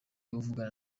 avugana